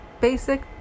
basic